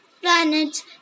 planets